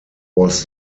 was